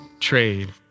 trade